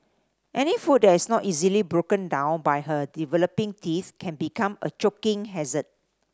any food that is not easily broken down by her developing teeth can become a choking hazard